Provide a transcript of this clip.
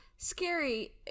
scary